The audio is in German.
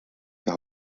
der